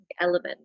element